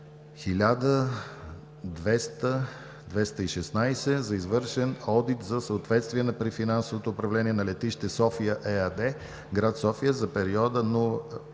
1216 за извършен одит за съответствие при финансовото управление на „Летище София“ ЕАД – град София, за периода 1